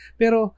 pero